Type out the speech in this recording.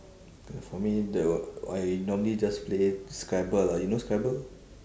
for me there will I normally just play scrabble ah you know scrabble